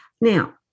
Now